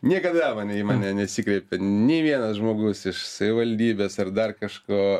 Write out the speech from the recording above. niekada mane į mane nesikreipė nei vienas žmogus iš savivaldybės ar dar kažko